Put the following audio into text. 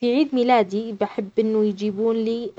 في عيد ميلادي بحب إنه يجيبون لي